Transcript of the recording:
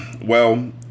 Well